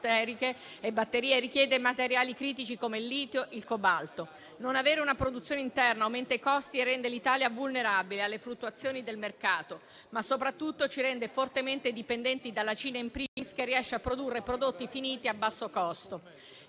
e batterie richiede materiali critici come il litio e il cobalto. Non avere una produzione interna aumenta i costi e rende l'Italia vulnerabile alle fluttuazioni del mercato, ma soprattutto ci rende fortemente dipendenti dalla Cina *in primis*, che riesce a produrre prodotti finiti a basso costo.